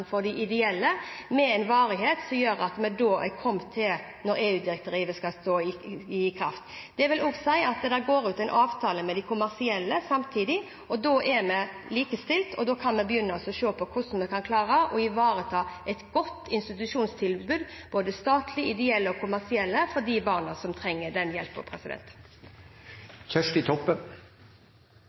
for de ideelle, med en varighet fram til at EU-direktivet skal tre i kraft. Det vil også si at det inngås en avtale med de kommersielle samtidig, og da er de likestilte, og da kan vi begynne å se på hvordan vi kan klare å ivareta et godt institusjonstilbud – statlig, kommersielt og ideelt – for de barna som trenger den